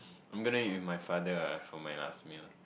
I am gonna eat with my father ah for my last meal